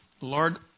Lord